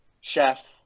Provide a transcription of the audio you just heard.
chef